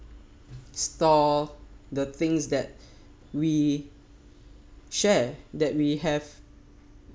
store the things that we share that we have